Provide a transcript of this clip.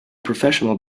professional